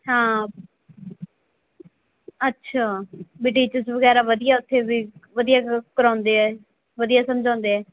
ਹਾਂ ਅੱਛਾ ਵੀ ਟੀਚਰਸ ਵਗੈਰਾ ਵਧੀਆ ਉੱਥੇ ਵੀ ਵਧੀਆ ਕ ਕਰਾਉਂਦੇ ਆ ਵਧੀਆ ਸਮਝਾਉਂਦੇ ਹੈ